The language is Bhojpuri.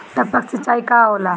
टपक सिंचाई का होला?